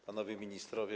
Panowie Ministrowie!